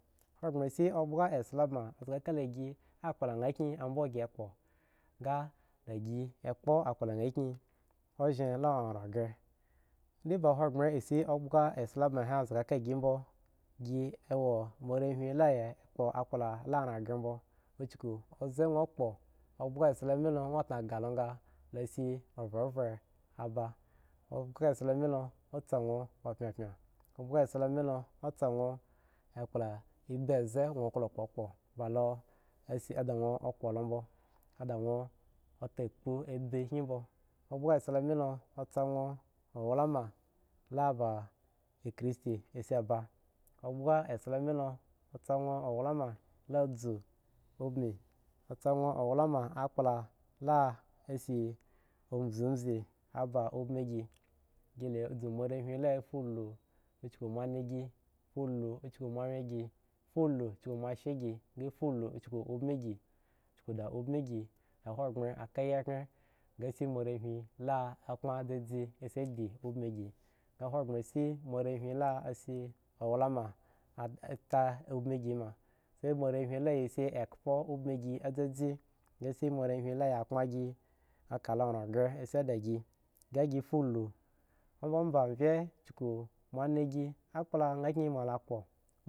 Hogbren si oghgha esela bang zga kala gi kpla nha kyin ambogi kpo ngadagi ekpo okpla kyin ohen la anghre di ba hogbren shi oghgha esela bag he zga kagi mbo, gi a wo moarehwin leah kpo akpla la ranghren mbo uduku abze owokpo oghgha eselame lo dwo tnagah lo nga lo nga lesi ovhen vhen a ba oghgha esela me o o tsa nwo opyanpuan oghsha esela me lo o tsa nwo akplo ebimbze gno wo kpokpo ba lo esi da cwo kpo lombo a dwo otkpu ebi kyin mbo oghsha esela me lo otsa dwo owlama la ba thristi si ba oghgha esela me lo otsa dwo owlama la obu ubun otsa dwo owlama akpla la ah si mbzibzi aba ubin gi, gi la dzu moareliwin la afufu uchuku moa nan gi fulu uchuku moawyen gi fuluuchuku moashe gi fuluuchuku ubin gi uchuku da ubin gi ahogben aka ayikhen nga shi moarehwin dzedzetakpan dzache asidi ubin gi nga hogbren si moarehwin la asi owema ah ta ubin gima si moarehwn la asi ekhpo ubin gi dzedze nga si moarehwin la akpan gi eka lo ranghre asi di gi nga fi fulu ombaba mrye chuku moanan gi akpla nha kyin moa la kpo.